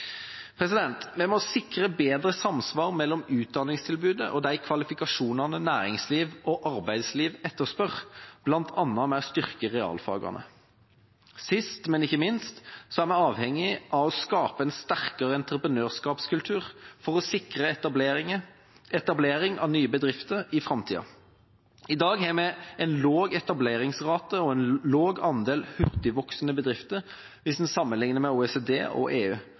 Vi må sikre bedre samsvar mellom utdanningstilbudet og de kvalifikasjonene næringsliv og arbeidsliv etterspør, bl.a. ved å styrke realfagene. Sist, men ikke minst er vi avhengige av å skape en sterkere entreprenørskapskultur for å sikre etablering av nye bedrifter i framtida. I dag har vi en lav etableringsrate og en lav andel hurtigvoksende bedrifter hvis en sammenligner med OECD og EU.